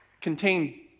contain